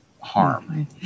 harm